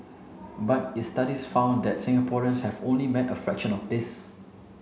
but its study found that Singaporeans have only met a fraction of this